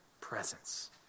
presence